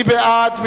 מי בעד?